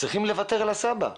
צריכים לוותר על הסבא,